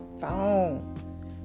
phone